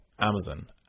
Amazon